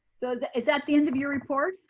is that the end of your report?